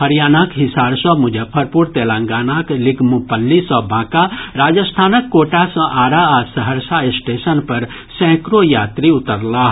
हरियाणाक हिसार सँ मुजफ्फरपुर तेलंगानाक लिग्मपल्ली सँ बांका राजस्थानक कोटा सँ आरा आ सहरसा स्टेशन पर सैकड़ों यात्री उतरलाह